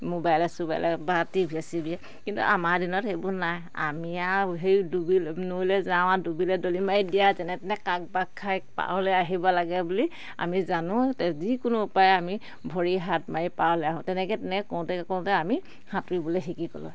মোবাইলে চোবাইলে বা টি ভি চিভিয়ে কিন্তু আমাৰ দিনত সেইবোৰ নাই আমি আৰু সেই ডুবিল নৈলে যাওঁ আৰু ডুবিলে দলি মাৰি দিয়া যেনে তেনে কাকবাক খাই পাৰলে আহিব লাগে বুলি আমি জানো যিকোনো উপায় আমি ভৰি হাত মাৰি পাৰলে আহোঁ তেনেকে তেনে কওঁতে কওঁতে আমি সাঁতুৰিবলে শিকিলোঁ